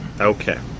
Okay